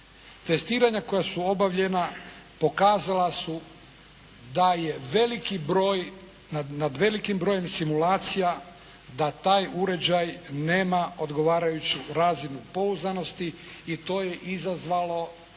Testiranja koja su obavljena pokazala su da je veliki broj, nad velikim brojem simulacija da taj uređaj nema odgovarajuću razinu pouzdanosti i to je izazvalo